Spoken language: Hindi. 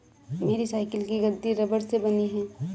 मेरी साइकिल की गद्दी रबड़ से बनी है